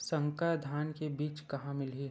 संकर धान के बीज कहां मिलही?